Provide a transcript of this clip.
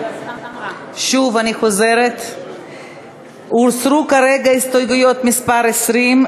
שוב אני חוזרת: הוסרו כרגע הסתייגויות מס' 20,